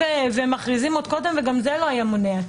מקדימים ומכריזים עוד קודם וגם זה לא היה מונע.